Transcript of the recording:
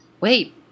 Wait